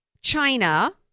China